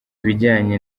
ibijyanye